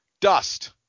Dust